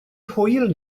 hwyl